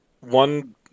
One